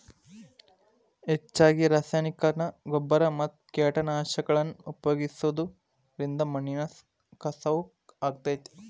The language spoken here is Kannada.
ಹೆಚ್ಚಗಿ ರಾಸಾಯನಿಕನ ಗೊಬ್ಬರ ಮತ್ತ ಕೇಟನಾಶಕಗಳನ್ನ ಉಪಯೋಗಿಸೋದರಿಂದ ಮಣ್ಣಿನ ಕಸವು ಹಾಳಾಗ್ತೇತಿ